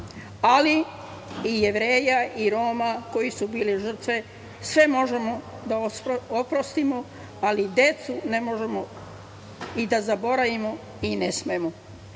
ali i Jevreja i Roma koji su bili žrtve. Sve možemo da oprostimo, ali decu ne možemo i da zaboravimo ne smemo.